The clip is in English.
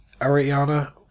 Ariana